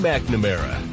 McNamara